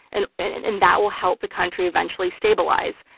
and and and and that will help the country eventually stabilize.